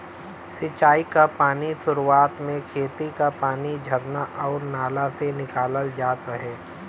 सिंचाई क पानी सुरुवात में खेती क पानी झरना आउर नाला से निकालल जात रहे